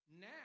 Now